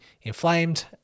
inflamed